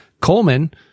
Coleman